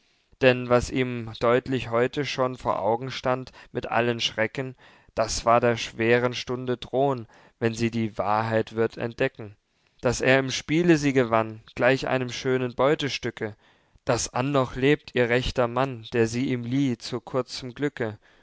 denn was ihm deutlich heute schon vor augen stand mit allen schrecken das war der schweren stunde drohn wenn sie die wahrheit würd entdecken daß er im spiele sie gewann gleich einem schönen beutestücke daß annoch lebt ihr rechter mann der sie ihm lieh zu kurzem glücke